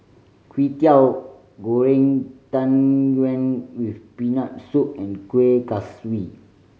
Kwetiau Goreng Tang Yuen with Peanut Soup and Kuih Kaswi